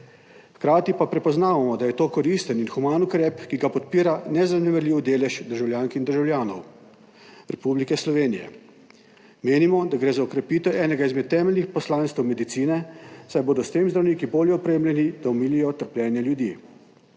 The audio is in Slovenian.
Hkrati pa prepoznavamo, da je to koristen in human ukrep, ki ga podpira nezanemarljiv delež državljank in državljanov Republike Slovenije. Menimo, da gre za okrepitev enega izmed temeljnih poslanstev medicine, saj bodo s tem zdravniki bolje opremljeni, da omilijo trpljenje ljudi.